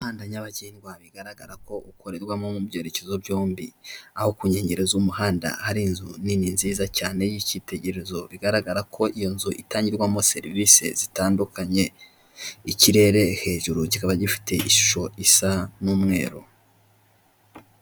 Umuhanda nyabagendwa bigaragara ko ukorerwamo mu byerekezo byombi. Aho ku nkengero z'umuhanda hari inzu nini nziza cyane y'icyitegererezo, bigaragara ko iyo nzu itangirwamo serivisi zitandukanye. Ikirere hejuru kikaba gifite ishusho isa n'umweru.